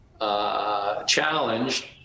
challenged